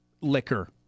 liquor